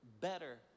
better